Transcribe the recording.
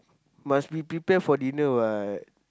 must be prepare for dinner what